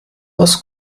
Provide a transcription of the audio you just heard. was